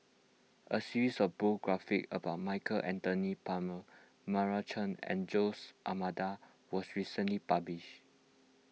a series of biographies about Michael Anthony Palmer Meira Chand and Jose Almeida was recently published